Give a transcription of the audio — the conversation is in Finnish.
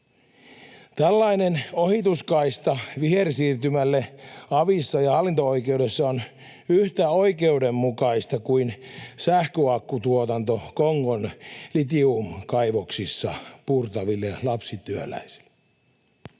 Tällainen ohituskaista vihersiirtymälle avissa ja hallinto-oikeudessa on yhtä oikeudenmukaista kuin sähköakkutuotanto Kongon litiumkaivoksissa puurtaville lapsityöläisille.